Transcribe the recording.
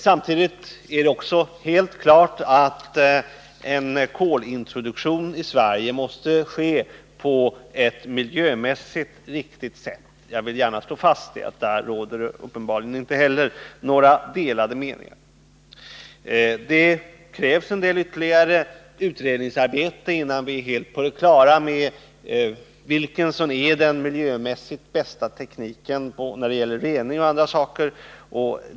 Samtidigt är det helt klart att en kolintroduktion i Sverige måste ske på ett miljömässigt riktigt sätt. Jag vill gärna slå fast att det uppenbarligen inte heller där råder några delade meningar. Det krävs ytterligare utredningsarbete innan vi är helt på det klara med vilken som är den miljömässigt bästa tekniken när det gäller rening m.m.